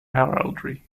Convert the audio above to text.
heraldry